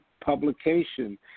publication